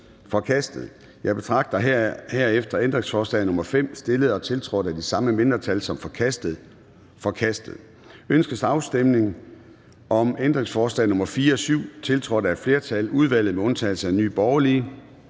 forkastet. Jeg betragter herefter ændringsforslag nr. 5, stillet og tiltrådt af de samme mindretal, som forkastet. Det er forkastet. Ønskes afstemning om ændringsforslag nr. 4 og 7, tiltrådt af et flertal (udvalget med undtagelse af NB)? De er